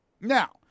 Now